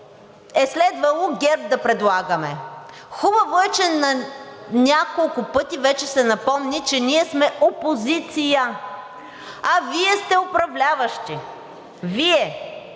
е следвало ГЕРБ да предлагаме. Хубаво е, че на няколко пъти вече се напомни, че ние сме опозиция, а Вие сте управляващи. Вие!